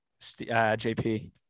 JP